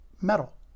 metal